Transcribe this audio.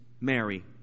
Mary